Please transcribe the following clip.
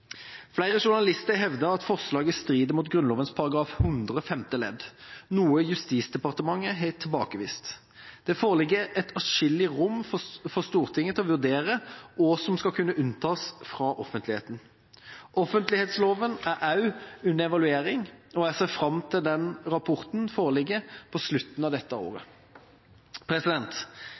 Flere journalister har hevdet at forslaget strider mot Grunnloven § 100 femte ledd, noe Justisdepartementet har tilbakevist. Det foreligger atskillig rom for Stortinget til å vurdere hva som skal kunne unntas fra offentligheten. Offentlighetsloven er også under evaluering, og jeg ser fram til den rapporten foreligger, på slutten av dette året.